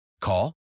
Call